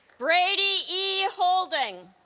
brady e holding